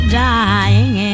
dying